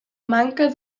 manca